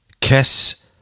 Kiss